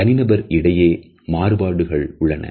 தனி நபர்களுக்கு இடையே மாறுபாடுகள் உள்ளன